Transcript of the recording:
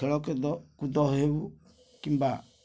ଖେଳକୁଦ କୁଦ ହେଉ କିମ୍ବା